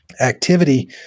activity